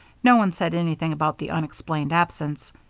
no one said anything about the unexplained absence.